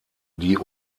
die